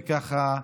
וככה,